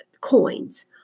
coins